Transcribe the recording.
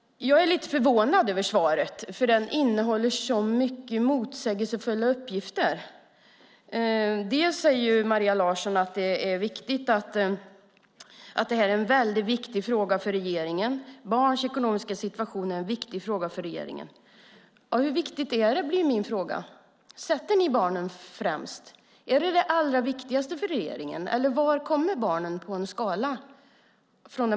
Jag är lite förvånad över svaret eftersom det innehåller så många motsägelsefulla uppgifter. Maria Larsson säger att barns ekonomiska situation är en viktig fråga för regeringen. Hur viktig är den? Sätter ni barnen främst? Är de det allra viktigaste för regeringen? Var kommer barnen på en skala?